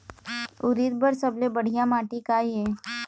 उरीद बर सबले बढ़िया माटी का ये?